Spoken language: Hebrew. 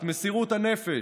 את מסירות הנפש.